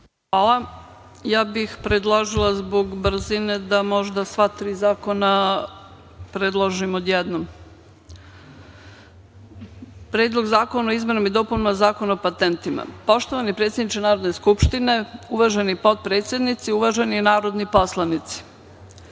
Hvala. Ja bih predložila zbog brzine da možda sva tri zakona predložim odjednom. Predlog zakona o izmenama i dopunama Zakona o patentima. Poštovani predsedniče Narodne skupštine, uvaženi potpredsednici, uvaženi narodni poslanici,